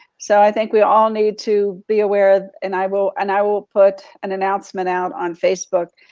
so i think we all need to be aware of, and i will and i will put an announcement out on facebook,